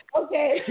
okay